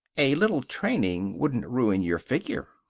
a little training wouldn't ruin your figure.